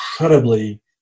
incredibly